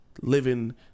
living